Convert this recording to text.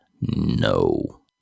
no